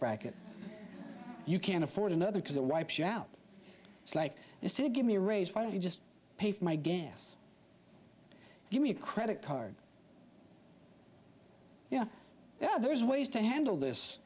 bracket you can't afford another because it wipes you out it's like is to give me a raise well you just pay for my gas give me a credit card yeah yeah there's ways to handle this